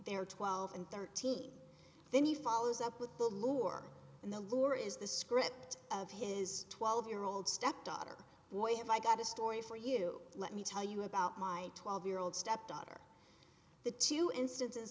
are twelve and thirteen then he follows up with the lure and the lure is the script of his twelve year old stepdaughter boy if i got a story for you let me tell you about my twelve year old stepdaughter the two in